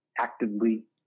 actively